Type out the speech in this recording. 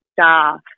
staff